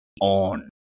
on